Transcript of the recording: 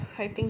mmhmm